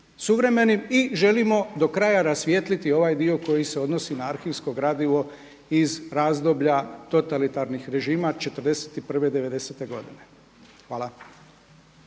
suvremenim i želimo do kraja rasvijetliti ovaj dio koji se odnosi na arhivsko gradivo iz razdoblja totalitarnih režima '41., '90-te godine. Hvala.